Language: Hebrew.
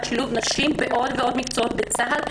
שילוב נשים בעוד ועוד מקצועות בצה"ל,